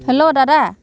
hello দাদা